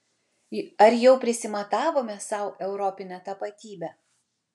ar jau prisimatavome sau europinę tapatybę